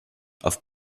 auf